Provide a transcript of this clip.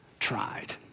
tried